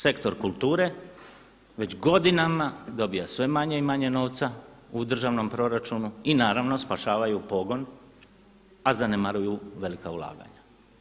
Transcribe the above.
Sektor kulture već godinama dobiva sve manje i manje novca u državnom proračunu i naravno spašavaju pogon, a zanemaruju velika ulaganja.